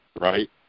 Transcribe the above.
right